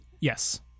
Yes